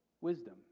wisdom